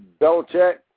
Belichick